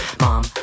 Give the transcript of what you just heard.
mom